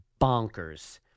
Bonkers